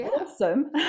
awesome